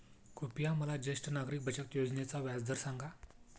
कृपया मला ज्येष्ठ नागरिक बचत योजनेचा व्याजदर सांगा